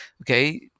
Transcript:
okay